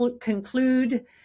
conclude